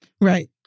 Right